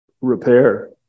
repair